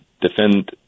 defend